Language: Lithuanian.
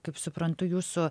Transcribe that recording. kaip suprantu jūsų